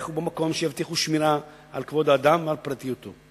ובמקום שיבטיחו שמירה על כבוד האדם ועל פרטיותו.